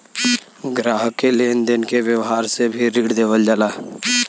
ग्राहक के लेन देन के व्यावहार से भी ऋण देवल जाला